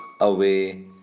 away